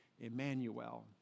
Emmanuel